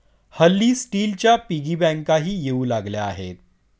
हल्ली स्टीलच्या पिगी बँकाही येऊ लागल्या आहेत